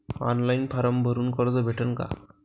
Online form भरून कर्ज भेटन का?